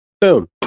Boom